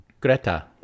Greta